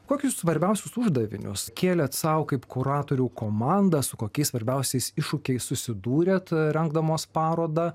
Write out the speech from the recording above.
kokius svarbiausius uždavinius kėlėt sau kaip kuratorių komanda su kokiais svarbiausiais iššūkiais susidūrėt rengdamos parodą